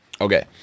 Okay